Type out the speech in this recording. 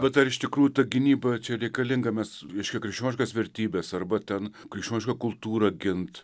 bet ar iš tikrųjų ta gynyba čia reikalingas mes reiškia krikščioniškas vertybes arba ten krikščionišką kultūrą gint